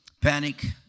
panic